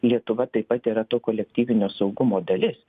lietuva taip pat yra to kolektyvinio saugumo dalis